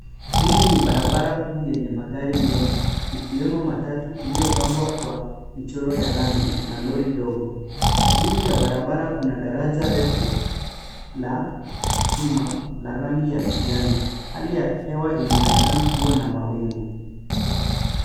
Hii ni barabara kuu yenye magari mengi, ikiwemo matatu iliyopambwa kwa michoro ya rangi na lori dogo. Juu ya daraja kuna barabara refu la chuma la rangi ya kijani. Hali ya hewa inaonekana kuwa na mawingu.